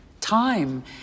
time